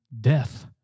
death